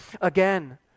again